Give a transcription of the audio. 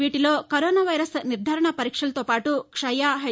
వీటిలో corona virus నిర్గారణ పరీక్షలతో పాటు క్షయ ఎహ్